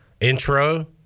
intro